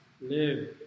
live